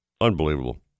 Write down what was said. Unbelievable